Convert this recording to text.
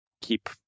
keep